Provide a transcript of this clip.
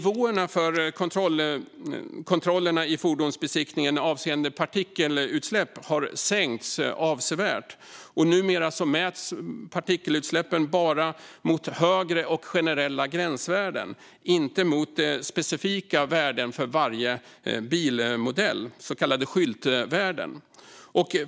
För det första har nivåerna för kontrollerna avseende partikelutsläpp sänkts avsevärt vid fordonsbesiktningen. Numera mäts partikelutsläppen bara mot högre och generella gränsvärden, inte mot specifika värden för varje bilmodell, så kallade skyltvärden.